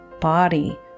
body